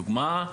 דוגמה,